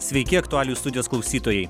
sveiki aktualijų studijos klausytojai